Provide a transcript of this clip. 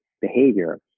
behavior